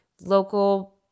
local